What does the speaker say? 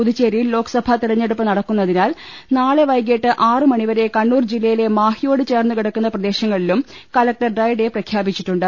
പുതുച്ചേരിയിൽ ലോക്സഭാ തെരഞ്ഞെടുപ്പ് നടക്കു ന്നതിനാൽ നാളെ വൈകിട്ട് ആറ് മണി വരെ കണ്ണൂർ ജില്ലയിലെ മാഹിയോട് ചേർന്നുകിടക്കുന്ന പ്രദേശങ്ങളിലും കലക്ടർ ഡ്രൈഡേ പ്രഖ്യാപിച്ചിട്ടുണ്ട്